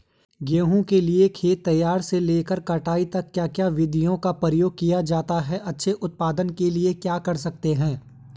गेहूँ के लिए खेत तैयार से लेकर कटाई तक क्या क्या विधियों का प्रयोग किया जाता है अच्छे उत्पादन के लिए क्या कर सकते हैं?